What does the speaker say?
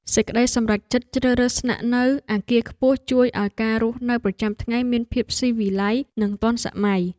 សេចក្តីសម្រេចចិត្តជ្រើសរើសស្នាក់នៅអគារខ្ពស់ជួយឱ្យការរស់នៅប្រចាំថ្ងៃមានភាពស៊ីវិល័យនិងទាន់សម័យ។